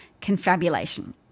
confabulation